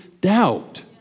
doubt